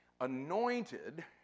anointed